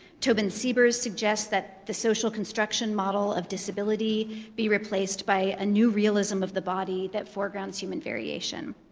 tobin siebers suggests that the social construction model of disability be replaced by a new realism of the body that foregrounds human variation.